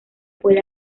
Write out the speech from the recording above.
puede